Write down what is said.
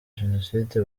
jenoside